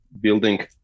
building